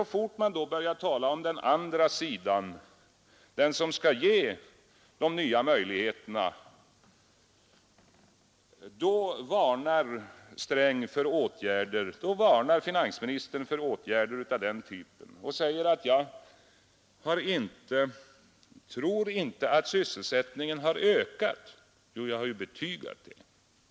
Så fort man börjar tala om det som skall ge de nya möjligheterna till arbeten, varnar finansministern för åtgärder av den typen och säger att herr Fälldin inte tror att sysselsättningen har ökat. Men jag har ju betygat det.